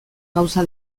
gauza